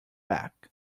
back